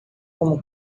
como